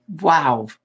Wow